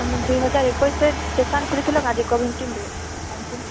ତମେ ଦୁଇହଜାର ଏକୋଇଶିରେ ଦୋକାନ ଖୋଲିଥିଲ ଆଗେ